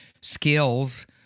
skills